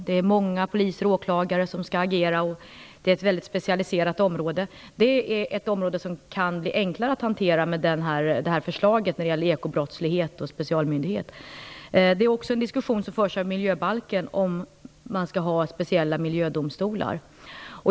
Det är många poliser och åklagare som skall agera på ett väldigt specialiserat område. Men detta område kan bli enklare att hantera genom förslaget om ekobrottslighet och specialmyndighet. Det är också en diskussion som förs i samband med miljöbalken, om man skall ha speciella miljödomstolar.